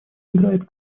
играет